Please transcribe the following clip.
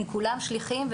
הם כולם שליחים,